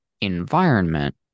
environment